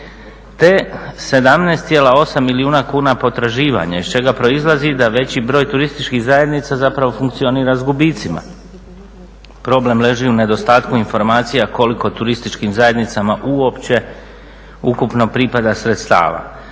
te 17,8 milijuna kuna potraživanja iz čega proizlazi da veći broj turističkih zajednica zapravo funkcionira s gubicima. Problem leži u nedostatku informacija koliko turističkim zajednicama uopće ukupno pripada sredstava.